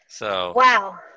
Wow